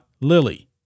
Lily